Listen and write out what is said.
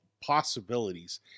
possibilities